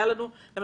הייתה לנו חריגה